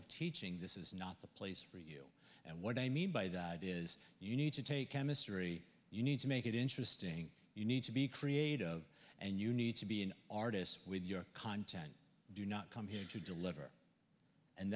of teaching this is not the place for you and what i mean by that is you need to take chemistry you need to make it interesting you need to be creative and you need to be an artist with your content do not come here to deliver and